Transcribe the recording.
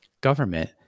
government